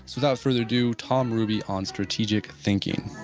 so without further ado, tom ruby on strategic thinking